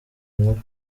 nkuru